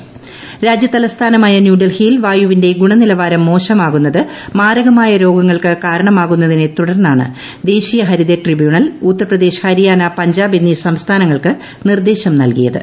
പ്രിയ രാജൃതലസ്ഥാനമായ ന്യൂഡർഹിയിൽ വായുവിന്റെ ഗുണനിലവാരം മോശമാകുന്നത് മാരക്ടമായ രോഗങ്ങൾക്ക് കാരണമാകുന്നതിനെ തുടർന്നാണ് ദേശീയ ഹരീത ട്രിബ്യൂണൽ ഉത്തർപ്രദേശ് ഹരിയാന പഞ്ചാബ് എന്നീ സംസ്ഥാനങ്ങൾക്ക് നിർദ്ദേശം നൽകിയത്